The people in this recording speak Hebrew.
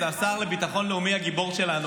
השר לביטחון לאומי הגיבור שלנו,